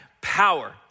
power